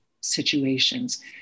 situations